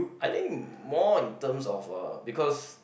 I think more in terms of uh because